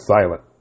silent